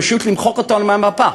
פשוט למחוק אותנו מהמפה.